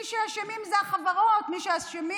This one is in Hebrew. מי שאשמים זה החברות, מי שאשמים